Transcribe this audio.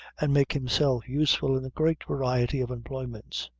and make himself useful in a great variety of employments.